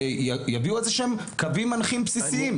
ויביאו איזה שהם קווים מנחים בסיסיים.